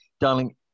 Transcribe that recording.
darling